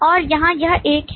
और यहाँ यह एक है